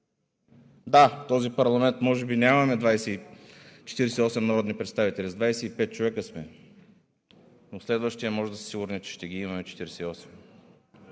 Да, в този парламент може да нямаме 48 народни представители – с 25 човека сме, но в следващия можете да сте сигурни, че ще имаме 48.